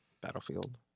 Battlefield